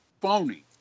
phony